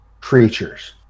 creatures